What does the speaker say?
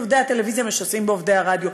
את עובדי הטלוויזיה משסים בעובדי הרדיו,